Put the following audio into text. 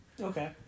Okay